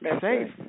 safe